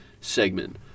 segment